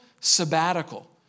sabbatical